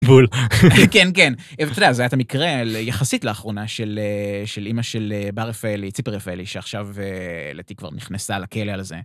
בול. כן, כן. ואתה יודע, זה היה את המקרה יחסית לאחרונה של אמא של בר רפאלי, ציפי רפאלי, שעכשיו לדעתי כבר נכנסה לכלא על זה.